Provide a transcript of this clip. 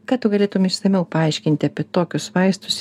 ką tu galėtum išsamiau paaiškinti apie tokius vaistus